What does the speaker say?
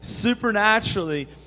supernaturally